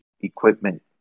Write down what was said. equipment